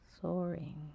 Soaring